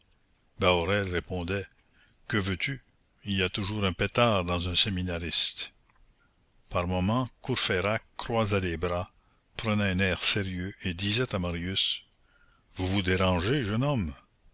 répondait que veux-tu il y a toujours un pétard dans un séminariste par moments courfeyrac croisait les bras prenait un air sérieux et disait à marius vous vous dérangez jeune homme